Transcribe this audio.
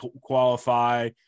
qualify